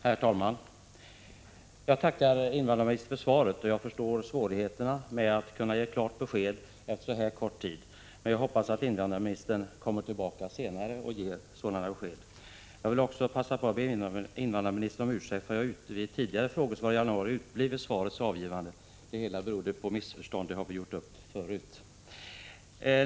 Herr talman! Jag tackar invandrarministern för svaret. Jag förstår att det är svårt att ge ett klart besked efter så kort tid som det här gäller, men jag hoppas att invandrarministern kommer tillbaka senare med ytterligare besked i denna fråga. Jag vill också begagna tillfället att be invandrarministern om ursäkt för att jag i januari uteblev vid besvarandet av en tidigare fråga. Detta berodde på ett missförstånd, som vi redan har klarat ut.